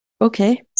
Okay